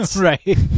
right